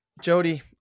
Jody